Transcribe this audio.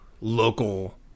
local